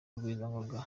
rugwizangoga